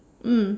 mm